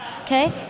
Okay